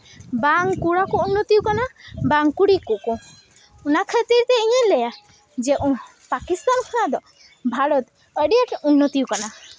ᱵᱟᱝ ᱠᱚᱲᱟ ᱠᱚ ᱩᱱᱱᱚᱛᱤᱭ ᱠᱟᱱᱟ ᱵᱟᱝ ᱠᱩᱲᱤ ᱠᱚᱠᱚ ᱚᱱᱟ ᱠᱷᱟᱹᱛᱤᱨ ᱛᱮ ᱤᱧᱫᱩᱧ ᱞᱟᱹᱭᱟ ᱡᱮ ᱯᱟᱠᱤᱥᱛᱟᱱ ᱠᱷᱚᱱᱟᱜ ᱫᱚ ᱵᱷᱟᱨᱚᱛ ᱟᱹᱰᱤ ᱟᱸᱴᱮ ᱩᱱᱱᱚᱛᱤ ᱠᱟᱱᱟ